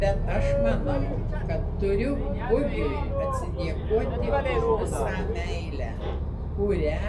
bet aš manau kad turiu bugiui atsidėkoti už visą meilę kurią